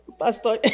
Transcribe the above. Pastor